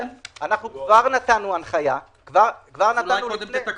אולי תתקנו קודם את התקנות.